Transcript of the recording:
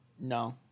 no